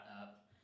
up